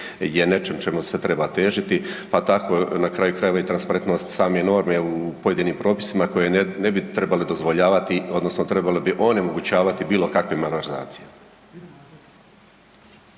je nečem čemu se treba težiti, pa tako i transparentnost same norme u pojedinim propisima koje ne bi trebale dozvoljavati odnosno trebale bi onemogućavati bilo kakve malverzacije.